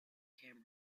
cameras